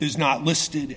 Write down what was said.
is not listed